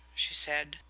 she said.